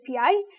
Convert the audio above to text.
API